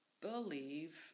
believe